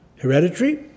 hereditary